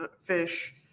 fish